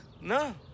no